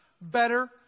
better